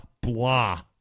blah